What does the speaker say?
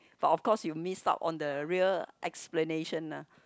but of course you miss out on the real explanation ah